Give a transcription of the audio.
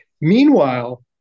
Meanwhile